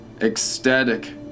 ecstatic